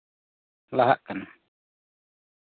ᱞᱟᱦᱟᱜ ᱠᱟᱱᱟ